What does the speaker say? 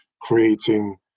creating